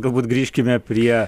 galbūt grįžkime prie